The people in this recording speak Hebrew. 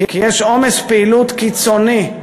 כי יש עומס פעילות קיצוני,